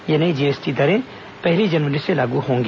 यह नई जीएसटी दरें पहली जनवरी से लागू होंगी